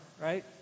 right